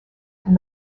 and